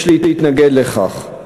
יש להתנגד לכך.